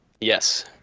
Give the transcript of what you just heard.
Yes